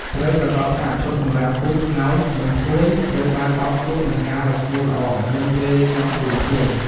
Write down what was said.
ត្រូវប្រាកដថាឈុតកម្រាលពូក ខ្នើយ និងភួយត្រូវបានបោកគក់ និងហាលឲ្យស្ងួតល្អ មុនពេលរៀបចំជូនភ្ញៀវ។